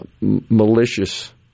malicious